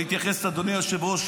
אדוני היושב-ראש,